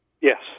Yes